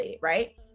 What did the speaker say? right